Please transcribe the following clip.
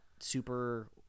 Super